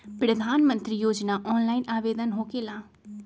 प्रधानमंत्री योजना ऑनलाइन आवेदन होकेला?